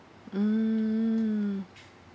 mm